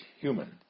human